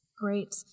Great